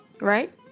right